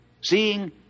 seeing